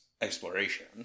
exploration